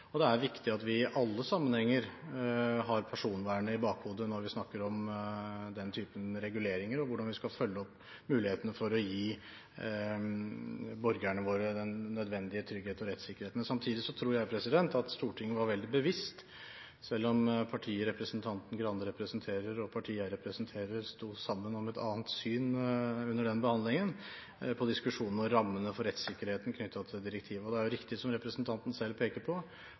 Det er viktig at vi i alle sammenhenger har personvernet i bakhodet når vi snakker om den typen reguleringer og hvordan vi skal følge opp mulighetene for å gi borgerne våre den nødvendige trygghet og rettssikkerhet. Samtidig tror jeg at Stortinget var veldig bevisst, selv om partiet Skei Grande representerer, og partiet jeg representerer, under den behandlingen stod sammen om et annet syn på diskusjonene og rammene for rettssikkerheten i direktivet. Og det er riktig som representanten selv peker på,